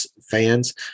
fans